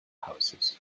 houses